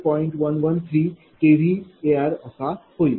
113 kVArअसं होईल